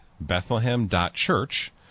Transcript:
Bethlehem.Church